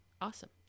awesome